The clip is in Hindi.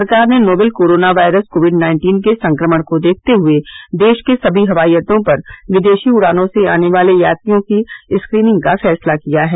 सरकार ने novel corona virus COVID nineteen के संक्रमण को देखते हुए देश के सभी हवाई अड्डों पर विदेशी उड़ानों से आने वाले यात्रियों की स्क्रीनिंग का फैसला किया है